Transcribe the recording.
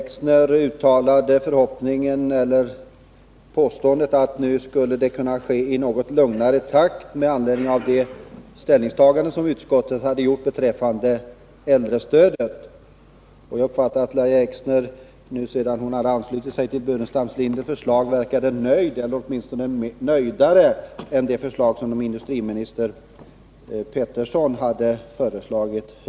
Fru talman! Lahja Exner påstod att det nu, med anledning av det ställningstagande som utskottet gjort beträffande äldrestödet, skulle kunna ske en nedtrappning i något lugnare takt. Jag uppfattade det som om Lahja Exner — nu sedan hon anslutit sig till Staffan Burenstam Linders förslag — var nöjdare än när det gällde industriministerns förslag.